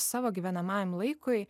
savo gyvenamajam laikui